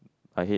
I hate